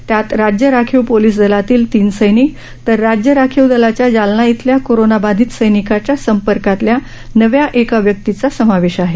त्यात राज्य राखीव पोलीस दलातील तीन सैनिक तर राज्य राखीव दलाच्या जालना इथल्या कोरोनाबाधित सैनिकाच्या संपर्कातल्या नव्या एका व्यक्तीचा समावेश आहे